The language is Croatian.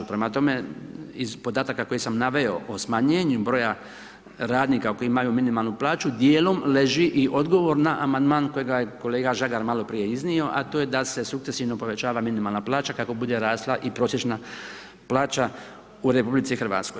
Prema tome iz podataka koje sam naveo o smanjenju broja radnika, koji imaju minimalnu plaću, dijelom leži i odgovor na amandman kojega je kolega Žagar maloprije iznio, a to je da se sukcesivno povećava minimalan plaća kako bude rasla i prosječna plaća u RH.